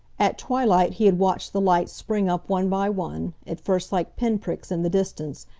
at twilight he had watched the lights spring up one by one, at first like pin pricks in the distance,